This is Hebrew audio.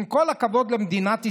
עם כל הכבוד למדינת ישראל,